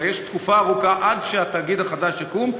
יש תקופה ארוכה עד שהתאגיד החדש יקום.